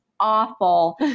awful